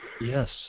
Yes